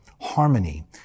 harmony